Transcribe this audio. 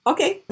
Okay